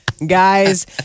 Guys